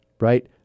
right